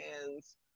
hands